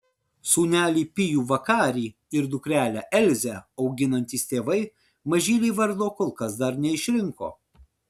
sūnelį pijų vakarį ir dukrelę elzę auginantys tėvai mažylei vardo kol kas dar neišrinko